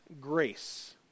grace